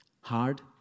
Hard